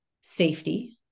safety